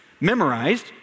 memorized